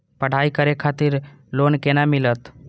पढ़ाई करे खातिर लोन केना मिलत?